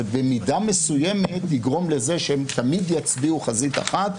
זה במידה מסוימת יגרום לזה שהם תמיד יצביעו חזית אחת,